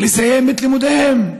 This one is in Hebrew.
לסיים את לימודיהם.